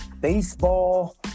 baseball